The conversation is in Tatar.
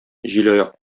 җилаяк